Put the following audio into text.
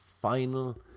final